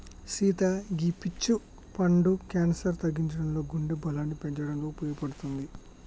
సీత గీ పీచ్ పండు క్యాన్సర్ తగ్గించడంలో గుండె బలాన్ని పెంచటంలో ఉపయోపడుతది